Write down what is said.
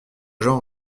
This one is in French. gens